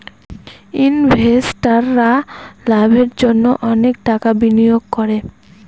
ইনভেস্টাররা লাভের জন্য অনেক টাকা বিনিয়োগ করে